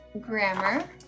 grammar